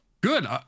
Good